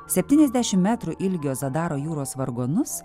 septyniasdešimt metrų ilgio sudaro jūros vargonus